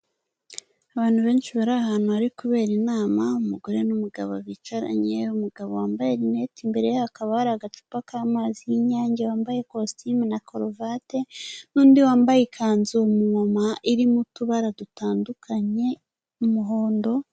Abantu benshi bari ahantu hari kubera inama umugore n'umugabo bicaranye, umugabo wambaye rinete imbere ye hakaba hari agacupa k'amazi y'Inyange wambaye ikositimu na karuvati, n'undi wambaye ikanzu ni umumama irimo utubara dutandukanye umuhondo...